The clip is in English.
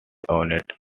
owned